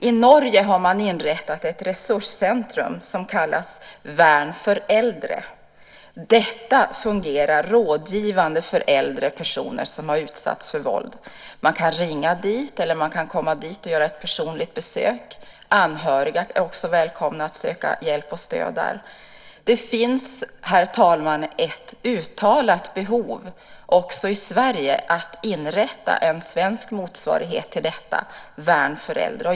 I Norge har man inrättat ett resurscentrum som kallas Vern for eldre. Detta fungerar rådgivande för äldre personer som har utsatts för våld. Man kan ringa dit eller komma dit och göra ett personligt besök. Anhöriga är också välkomna att söka hjälp och stöd där. Herr talman! Det finns ett uttalat behov också i Sverige att inrätta en svensk motsvarighet till detta Vern for eldre.